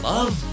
Love